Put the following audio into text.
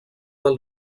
del